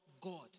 God